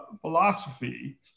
philosophy